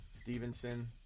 Stevenson